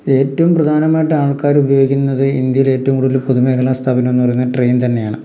ഏറ്റവും പ്രാധാനമായിട്ട് ആൾക്കാർ ഉപയോഗിക്കുന്നത് ഇന്ത്യയിൽ ഏറ്റവും കൂടുതൽ പൊതുമേഖല സ്ഥപനം എന്ന് പറയുന്നത് ട്രെയിൻ തന്നെയാണ്